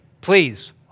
Please